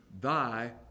thy